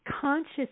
conscious